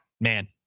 man